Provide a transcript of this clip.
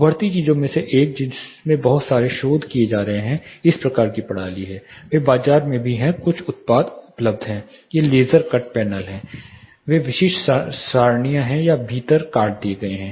उभरती चीजों में से एक जिसमें बहुत सारे शोध किए जा रहे हैं इस प्रकार की प्रणाली है वे बाजार में भी हैं कुछ उत्पाद उपलब्ध हैं ये लेजर कट पैनल हैं वे विशिष्ट सरणियों हैं या भीतर काट दिए गए हैं